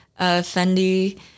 Fendi